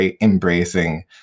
embracing